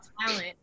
talent